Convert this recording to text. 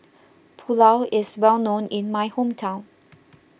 Pulao is well known in my hometown